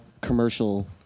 commercial